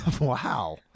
wow